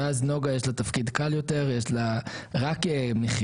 אז לנגה יש תפקיד קל יותר: רק מחיר.